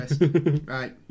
Right